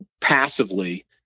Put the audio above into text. passively